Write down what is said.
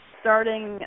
starting